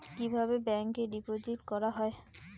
কিভাবে ব্যাংকে ডিপোজিট করা হয়?